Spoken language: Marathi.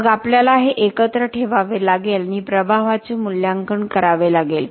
मग आपल्याला हे एकत्र ठेवावे लागेल आणि प्रभावाचे मूल्यांकन करावे लागेल